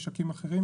משקים אחרים.